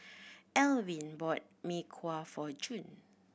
Elwin bought Mee Kuah for June